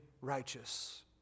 righteous